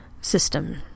system